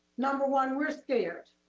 number one, we're scared,